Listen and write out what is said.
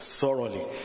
thoroughly